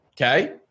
okay